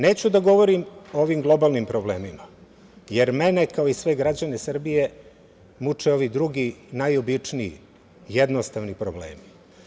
Neću da govorim o ovim globalnim problemima, jer mene kao i sve građane Srbije muče ovi drugi, najobičniji, jednostavni problemi.